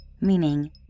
meaning